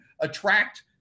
attract